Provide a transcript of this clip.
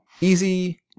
Easy